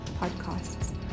podcasts